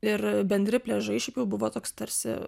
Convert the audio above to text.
ir bendri pliažai šiaip jau buvo toks tarsi